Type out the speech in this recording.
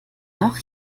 doch